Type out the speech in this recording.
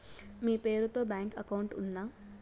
మీ పేరు తో bank account ఉందా?